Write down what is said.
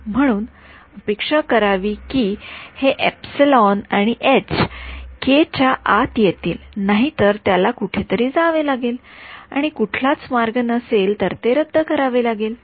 म्हणून अपेक्षा करावी की हे आणि s च्या आत येतील नाहीतर त्याला कुठेतरी जावे लागेल आणि कुठलाच मार्ग नसेल तर ते रद्द करावे लागेल